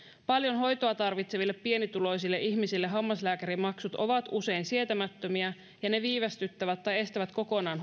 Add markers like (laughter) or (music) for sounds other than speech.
paljon hoitoa tarvitseville pienituloisille ihmisille hammaslääkärimaksut ovat usein sietämättömiä ja ne viivästyttävät hoitoon hakeutumista tai estävät sen kokonaan (unintelligible)